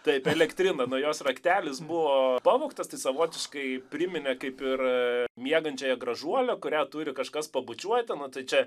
taip elektrina na jos raktelis buvo pavogtas tai savotiškai priminė kaip ir miegančiąją gražuolę kurią turi kažkas pabučiuoti tai čia